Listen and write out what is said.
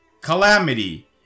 calamity